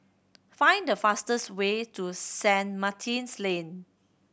find the fastest way to Saint Martin's Lane